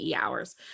hours